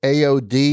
AOD